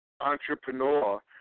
entrepreneur